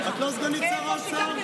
את לא סגנית שר האוצר?